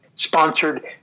Sponsored